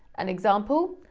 an example,